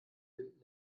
binden